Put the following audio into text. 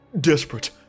Desperate